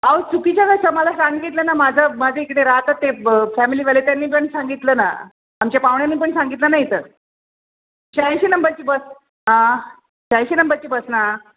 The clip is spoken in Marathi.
आहो चुकीचं कसं मला सांगितलं ना माझं माझं इकडे रहातात ते फॅमिलीवाले त्यांनी पण सांगितलं ना आमच्या पाहुण्यांनी पण सांगितलं ना इथं शहाऐंशी नंबरची बस आं शहाऐंशी नंबरची बस ना